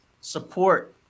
support